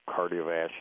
cardiovascular